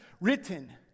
written